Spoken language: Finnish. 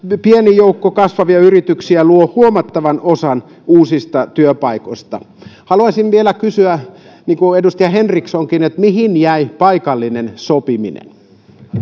pieni joukko kasvavia yrityksiä luo huomattavan osan uusista työpaikoista haluaisin vielä kysyä niin kuin edustaja henrikssonkin mihin jäi paikallinen sopiminen